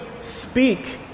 speak